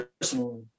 personally